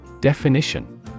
Definition